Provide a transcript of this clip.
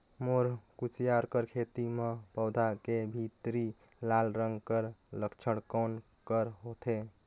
मोर कुसियार कर खेती म पौधा के भीतरी लाल रंग कर लक्षण कौन कर होथे?